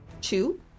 Two